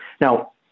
Now